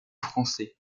français